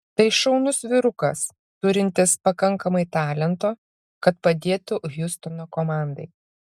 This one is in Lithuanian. tai šaunus vyrukas turintis pakankamai talento kad padėtų hjustono komandai